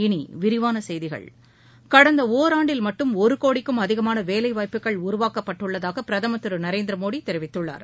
இனி விரிவான செய்திகள் கடந்த ஒராண்டில் மட்டும் ஒரு கோடிக்கும் அதிகமான வேலைவாய்ப்புக்கள் உருவாக்கப்பட்டு உள்ளதாக பிரதமர் திரு நரேந்திர மோடி தெரிவித்துள்ளார்